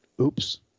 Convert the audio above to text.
oops